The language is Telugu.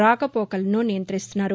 రాకపోకలను నియంత్రిస్తున్నారు